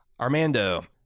Armando